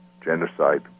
genocide